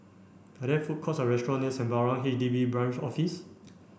are there food courts or restaurants near Sembawang H D B Branch Office